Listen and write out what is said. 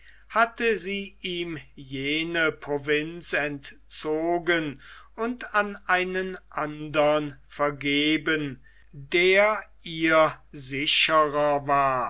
hatte sie ihm jene provinz entzogen und an einen andern vergeben der ihr sicherer war